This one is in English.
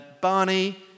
Barney